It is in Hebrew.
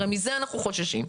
הרי מזה אנחנו חוששים.